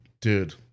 Dude